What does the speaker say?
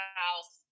house